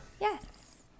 Yes